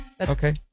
Okay